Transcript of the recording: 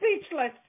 speechless